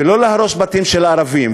ולא להרוס בתים של ערבים.